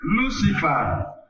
lucifer